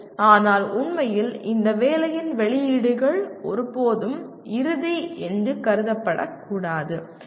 ஆனால் உண்மையில் இந்த வேலையின் வெளியீடுகள் ஒருபோதும் இறுதி என்று கருதப்படக்கூடாது